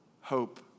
hope